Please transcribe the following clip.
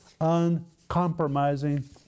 uncompromising